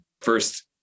first